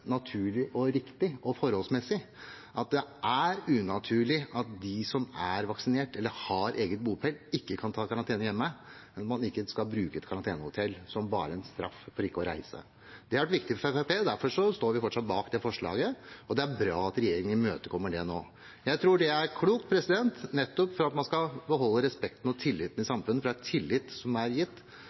og uforholdsmessig. Det er unaturlig at de som er vaksinert eller har egen bopel, ikke kan ta karantene hjemme. Man skal ikke bruke et karantenehotell som en straff for å reise. Dette har vært viktig for Fremskrittspartiet, og derfor står vi fortsatt bak forslaget. Det er bra at regjeringen imøtekommer det nå. Jeg tror det er klokt, nettopp for at man skal beholde respekten og tilliten i samfunnet. For det er tillit som er gitt,